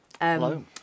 Hello